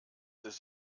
ist